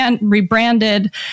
rebranded